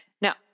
Now